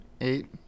eight